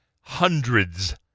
hundreds